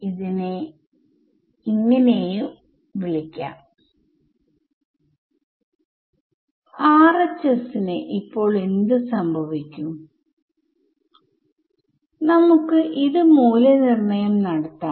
ഞാൻ എന്റെ ഫങ്ക്ഷൻ കൊണ്ട് വേർതിരിച്ച ഗ്രിഡ് പോയിന്റുകളിൽ വെച്ച് മൂല്യനിർണ്ണയം നടത്തുന്നു